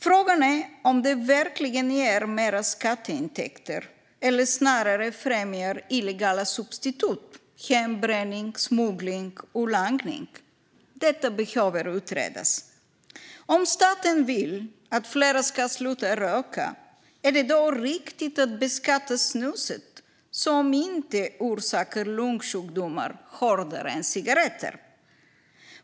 Frågan är om det verkligen ger mer skatteintäkter eller snarare främjar illegala substitut som hembränning, smuggling och langning. Detta behöver utredas. Om staten vill att flera ska sluta röka, är det då riktigt att beskatta snuset, som inte orsakar lungsjukdomar, hårdare än cigaretter?